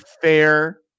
fair